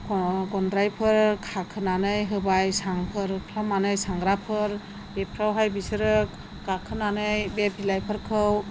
गन्द्राफोराव खाखोनानै होबाय सांफोर खालामनानै सांग्राफोर बेफोरावहाय बिसोरो गाखोनानै बे बिलाइफोरखौ